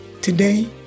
Today